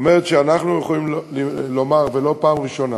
זאת אומרת, אנחנו יכולים לומר, ולא פעם ראשונה,